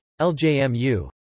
LJMU